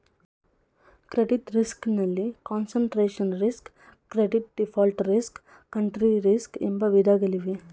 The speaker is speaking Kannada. ಕ್ರೆಡಿಟ್ ರಿಸ್ಕ್ ನಲ್ಲಿ concentration risk, credit default risk, country risk ಎಂಬ ವಿಧಗಳಿವೆ